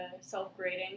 self-grading